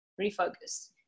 Refocus